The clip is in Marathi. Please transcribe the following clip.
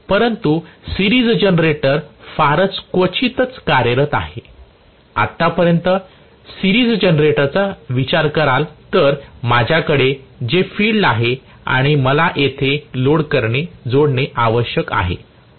परंतु सिरीज जनरेटर फारच क्वचितच कार्यरत आहेआतापर्यंत मालिकेच्या जनरेटरचा विचार कराल तर माझ्याकडे येथे फील्ड आहे आणि मला येथे लोड जोडणे आवश्यक आहे